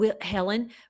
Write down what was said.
Helen